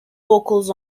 vocals